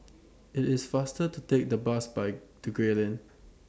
IT IS faster to Take The Bus By to Gray Lane